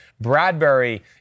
Bradbury